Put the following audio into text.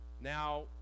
now